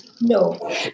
No